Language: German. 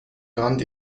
rand